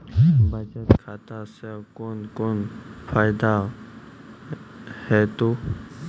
बचत खाता सऽ कून कून फायदा हेतु?